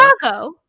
Chicago